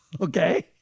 Okay